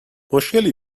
مشکلی